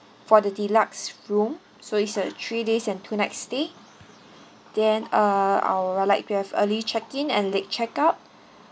for the deluxe room so it's a three days and two nights stay then uh I would like to have early check in and late check out